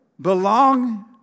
Belong